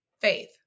faith